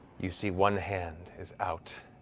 you see one hand is out,